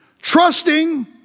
trusting